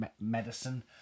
medicine